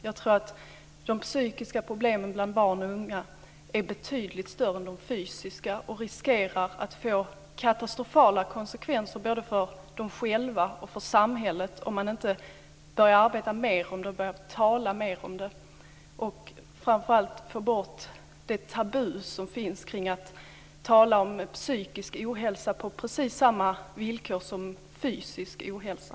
Jag tror att de psykiska problemen bland barn och unga är betydligt större än de fysiska och riskerar att få katastrofala konsekvenser både för de själva och för samhället om man inte börjar arbeta med det, tala mer om det och framför allt få bort det tabu som finns kring att tala om psykisk ohälsa på precis samma villkor som om fysisk ohälsa.